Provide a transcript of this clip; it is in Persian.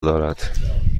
دارد